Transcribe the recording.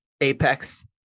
apex